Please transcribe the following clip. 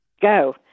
go